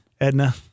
Edna